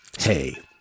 Hey